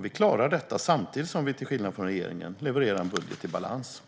Vi klarar detta samtidigt som vi, till skillnad från regeringen, levererar en budget i balans.